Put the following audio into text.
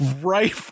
right